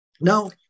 Now